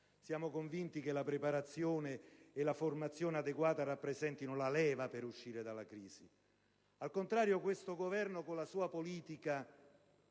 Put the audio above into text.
Siamo convinti che preparazione e formazione adeguate rappresentino la leva per uscire dalla crisi. Al contrario, questo Governo, con la sua politica